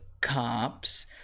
cops